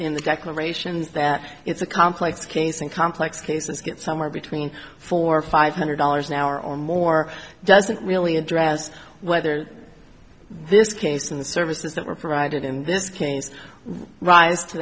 in the declarations that it's a complex case and complex cases get somewhere between four five hundred dollars an hour or more doesn't really address whether this case in the services that were provided in this case ri